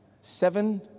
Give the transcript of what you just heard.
seven